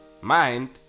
mind